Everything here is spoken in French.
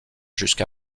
jusqu’à